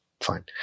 Fine